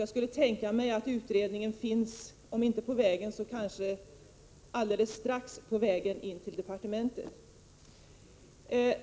Jag kan tänka mig att utredningen är om inte på väg så kanske alldeles strax på väg in till departementet.